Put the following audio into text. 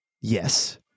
yes